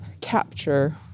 capture